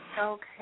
Okay